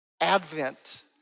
Advent